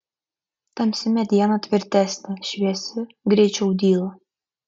tamsi mediena tvirtesnė šviesi greičiau dyla